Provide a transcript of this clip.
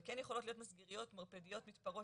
אבל כן יכולות להיות מסגריות פרטניות ומתפרות